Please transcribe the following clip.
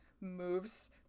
moves